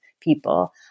people